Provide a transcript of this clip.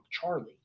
Charlie